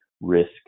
risk